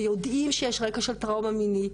ויודעים שיש רקע של טראומה מינית,